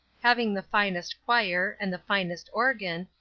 having the finest choir, and the finest organ,